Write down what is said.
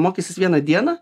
mokysis vieną dieną